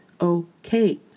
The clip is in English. okay